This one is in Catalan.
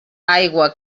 aigua